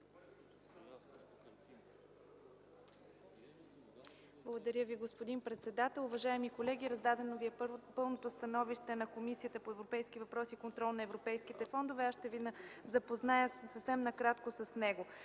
Благодаря Ви, господин председател. Уважаеми колеги, раздадено ви е пълното становище на Комисията по европейски въпроси и контрол на европейските фондове. Аз ще ви запозная съвсем накратко с него: